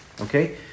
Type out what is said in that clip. okay